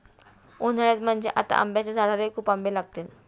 उन्हाळ्यात म्हणजे आता आंब्याच्या झाडाला खूप आंबे लागतील